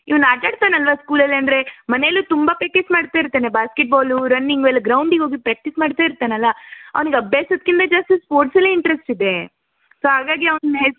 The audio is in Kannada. ಇವ್ನು ಆಟಾಡ್ತನಲ್ಲವಾ ಸ್ಕೂಲಲ್ಲಿ ಅಂದರೆ ಮನೆಲೂ ತುಂಬ ಪ್ರೆಕ್ಟಿಸ್ ಮಾಡ್ತ ಇರ್ತಾನೆ ಬಾಸ್ಕೆಟ್ಬಾಲು ರನ್ನಿಂಗು ಎಲ್ಲ ಗ್ರೌಂಡಿಗೆ ಹೋಗಿ ಪ್ರ್ಯಾಕ್ಟೀಸ್ ಮಾಡ್ತಾ ಇರ್ತಾನಲ್ಲ ಅವ್ನಿಗೆ ಅಭ್ಯಾಸದ್ಕಿಂತ ಜಾಸ್ತಿ ಸ್ಪೋರ್ಟ್ಸಲ್ಲೇ ಇಂಟ್ರಸ್ಟಿದೆ ಸೊ ಹಾಗಾಗಿ ಅವ್ನ ಹೆಸ್